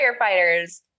firefighters